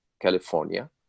California